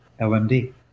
LMD